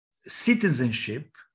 citizenship